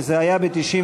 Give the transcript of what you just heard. כי זה היה ב-1997,